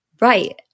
Right